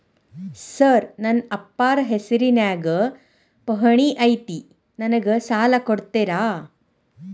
Sir ನನ್ನ ಅಪ್ಪಾರ ಹೆಸರಿನ್ಯಾಗ್ ಪಹಣಿ ಐತಿ ನನಗ ಸಾಲ ಕೊಡ್ತೇರಾ?